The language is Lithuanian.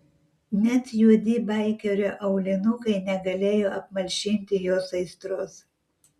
net juodi baikerio aulinukai negalėjo apmalšinti jos aistros